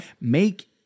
make